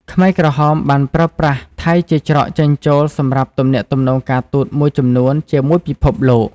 ខ្មែរក្រហមបានប្រើប្រាស់ថៃជាច្រកចេញចូលសម្រាប់ទំនាក់ទំនងការទូតមួយចំនួនជាមួយពិភពលោក។